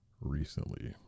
recently